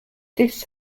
this